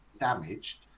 damaged